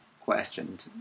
questioned